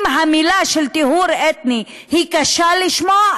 אם המילה טיהור אתני קשה לשמיעה,